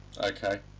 okay